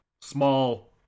small